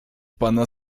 pana